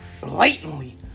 blatantly